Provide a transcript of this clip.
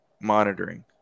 monitoring